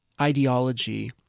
ideology